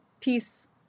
peace